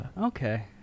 Okay